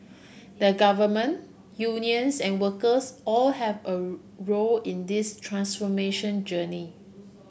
the government unions and workers all have a role in this transformation journey